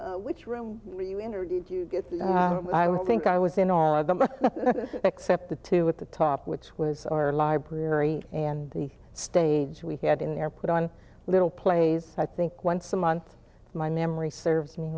know which room you enter did you get i would think i was in all of them except the two at the top which was our library and the stage we had in there put on little plays i think once a month my memory serves me